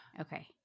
Okay